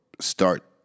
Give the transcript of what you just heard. start